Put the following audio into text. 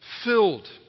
Filled